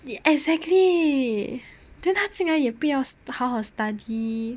exactly then 他进来也不要好好 study